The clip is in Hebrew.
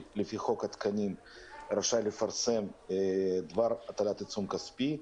לפי חוק התקנים רשאי לפרסם דבר הטלת עיצום כספי,